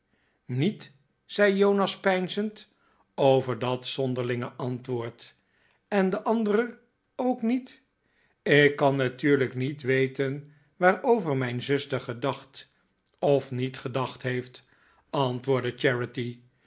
niet zei jonas peinzend over dat zonderlinge antwoord en de andere ook niet ik kan natuurlijk niet weten waarover mijn zuster gedacht of niet gedacht heeft antwoordde